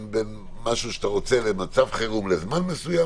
אם בין משהו שאתה רוצה למצב חירום לזמן מסוים